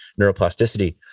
neuroplasticity